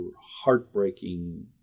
heartbreaking